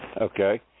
Okay